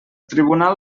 tribunal